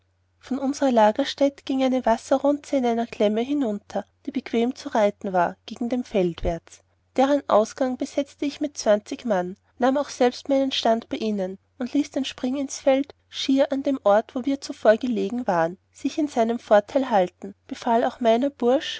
von unsrer lägerstatt gieng eine wasserrunze in einer klämme hinunter die bequem zu reiten war gegen dem feld warts deren ausgang besatzte ich mit zwanzig mann nahm auch selbst meinen stand bei ihnen und ließ den springinsfeld schier an dem ort wo wir zuvor gelegen waren sich in seinem vorteil halten befahl auch meiner